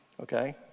okay